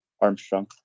Armstrong